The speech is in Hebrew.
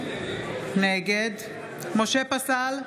נגד משה פסל,